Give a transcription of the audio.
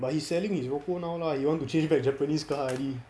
but he selling his oppo now ah he want to change japanese car already